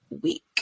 week